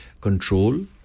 control